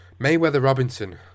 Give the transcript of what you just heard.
Mayweather-Robinson